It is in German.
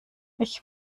ich